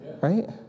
right